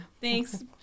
Thanks